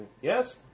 Yes